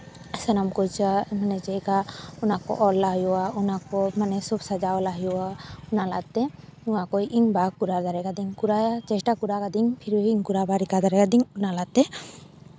ᱥᱟᱱᱟᱢ ᱠᱩᱪᱟᱜ ᱪᱮᱫᱞᱮᱠᱟ ᱚᱱᱟ ᱠᱚ ᱚᱞᱟᱜ ᱦᱩᱭᱩᱜᱼᱟ ᱚᱱᱟ ᱠᱚ ᱢᱟᱱᱮ ᱥᱚᱵ ᱥᱟᱡᱟᱣ ᱠᱟᱜ ᱦᱩᱭᱩᱜᱼᱟ ᱛᱟᱞᱟᱛᱮ ᱱᱚᱣᱟ ᱠᱚ ᱤᱧ ᱵᱟ ᱠᱚᱨᱟᱣ ᱫᱟᱲᱮ ᱠᱟᱹᱫᱟᱹᱧ ᱪᱮᱥᱴᱟ ᱠᱚᱨᱟᱣ ᱠᱟᱹᱫᱟᱹᱧ ᱯᱷᱤᱨ ᱵᱷᱤ ᱤᱧ ᱠᱚᱨᱟᱣ ᱵᱟ ᱨᱤᱠᱟᱹ ᱫᱟᱲᱮ ᱟᱹᱫᱤᱧ ᱚᱱᱟ ᱛᱟᱞᱟᱛᱮ